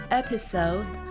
episode